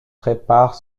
prépare